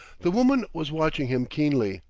the woman was watching him keenly,